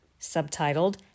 subtitled